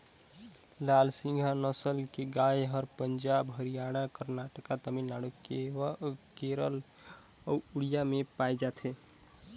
लाल सिंघी नसल के गाय हर पंजाब, हरियाणा, करनाटक, तमिलनाडु, केरल अउ उड़ीसा में पाए जाथे